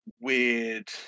weird